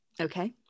Okay